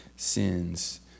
Sins